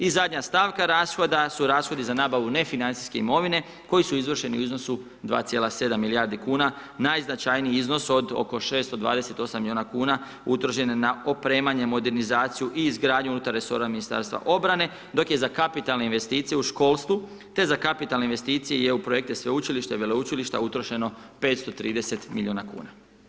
I zadnja stavka rashoda su rashodi za nabavu nefinancijske imovine koji su izvršeni u iznosu 2,7 milijardi kuna, najznačajniji iznos od oko 628 miliona kuna utrošen je na opremanje, modernizaciju i izgradnju unutar resora Ministarstva obrane, dok je za kapitalne investicije u školstvu te za kapitalne investicije i EU projekte sveučilišta i veleučilišta utrošeno 530 milijuna kuna.